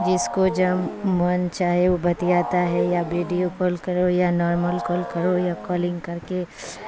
جس کو جب من چاہے وہ بتیاتا ہے یا بیڈیو کال کرو یا نارمل کال کرو یا کالنگ کر کے